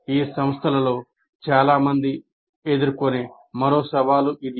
ఈ సంస్థలలో చాలా మంది ఎదుర్కొనే మరో సవాలు అది